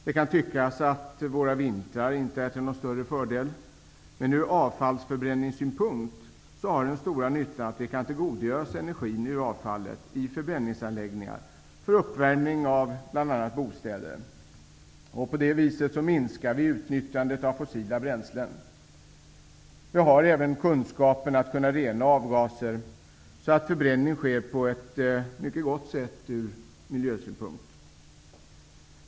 Det kan tyckas att våra vintrar inte är till någon större fördel, men ur avfallsförbränningssynpunkt har de den stora nyttan att vi kan tillgodogöra oss energin ur avfallet i förbränningsanläggningar för uppvärmning av bl.a. bostäder. På det sättet minskar vi utnyttjandet av fossila bränslen. Vi har även den kunskap som krävs för att rena avgaser så att förbränningen sker på ett mycket gott sätt ur miljösynpunkt.